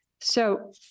So-